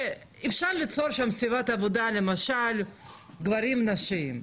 אפשר ליצור שם סביבת עבודה למשל גברים נשים.